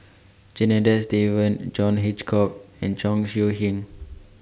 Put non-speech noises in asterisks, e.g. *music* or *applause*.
Janadas Devan John Hitchcock *noise* and Chong Siew Ying